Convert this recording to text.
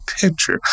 picture